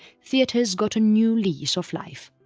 theatres got a new lease of life.